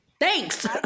thanks